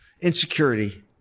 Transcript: insecurity